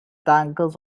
dangles